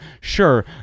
sure